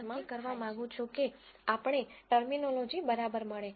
હું માત્ર એ નક્કી કરવા માંગુ છું કે આપણને ટેર્મીનોલોજી બરાબર મળે